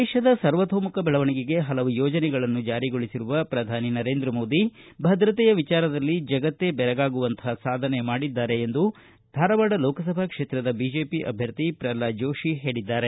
ದೇಶದ ಸರ್ವತೋಮುಖ ದೆಳವಣಿಗೆಗೆ ಹಲವು ಯೋಜನೆಗಳನ್ನು ಜಾರಿಗೊಳಿಸಿರುವ ಪ್ರಧಾನಿ ನರೇಂದ್ರ ಮೋದಿ ಭದ್ರತೆಯ ವಿಚಾರದಲ್ಲಿ ಜಗತ್ತೇ ಬೆರೆಗಾಗುವಂತಹ ಸಾಧನೆ ಮಾಡಿದ್ದಾರೆ ಎಂದು ಧಾರವಾಡ ಲೋಕಸಭಾ ಕ್ಷೇತ್ರದ ಬಿಜೆಪಿ ಅಭ್ವರ್ಥಿ ಪ್ರಲ್ವಾದ ಜೋಶಿ ಹೇಳಿದ್ದಾರೆ